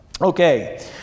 Okay